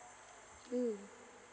mm